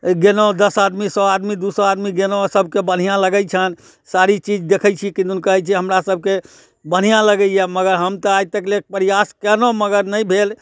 गेलहुँ दस आदमी सओ आदमी दुइ सओ आदमी गेलहुँ सबके बढ़िआँ लगै छनि सारी चीज देखै छी किदन कहै छै हमरासबके बढ़िआँ लगैए मगर हमतऽ आइ तकले प्रयास केलहुँ मगर नहि भेल